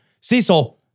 Cecil